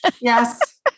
yes